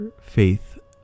faith